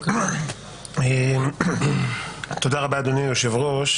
נבקש מהיועץ